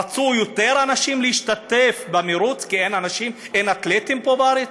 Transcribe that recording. רצו יותר אנשים להשתתף במרוץ כי אין אתלטים פה בארץ?